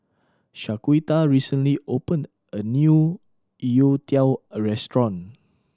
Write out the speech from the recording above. Shaquita recently opened a new youtiao restaurant